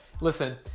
Listen